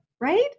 right